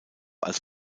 als